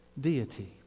deity